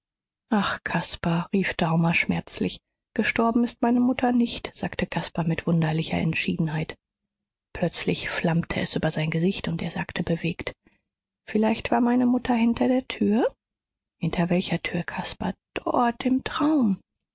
ach caspar rief daumer schmerzlich gestorben ist meine mutter nicht sagte caspar mit wunderlicher entschiedenheit plötzlich flammte es über sein gesicht und er sagte bewegt vielleicht war meine mutter hinter der tür hinter welcher tür caspar dort im traum